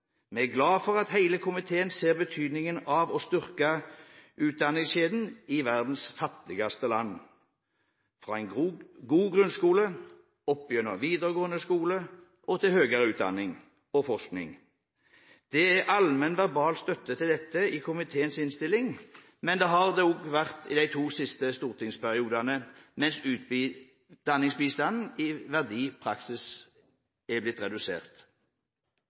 Vi er glad for at hele komiteen ser betydningen av å styrke utdanningskjeden i verdens fattigste land – fra en god grunnskole, opp gjennom videregående skole og til høyere utdanning og forskning. Det er allmenn, verbal støtte til dette i komiteens innstilling, men det har det også vært i de to siste stortingsperiodene, mens utdanningsbistandens verdi i praksis er blitt redusert.